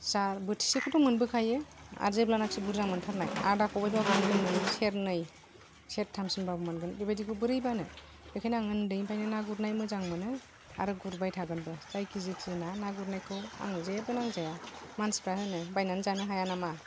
जा बोथिसेखौथ' मोनबोखायो आर जेब्लानाखि बुरजा मोन्थारनाय आदा खबायबाबो मोनगोन नोङो सेरनै सेरथामसिमबाबो मोनगोन बेबायदिखौ बोरै बानो बेखायनो आं उन्दैनिफ्रायनो ना गुरनाय मोजां मोनो आरो गुरबाय थागोनबो जायखि जेखि होना ना गुरनायखौ आं जेबो नांजाया मानसिफ्रा होनो बायनानै जानो हाया नामा